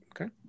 okay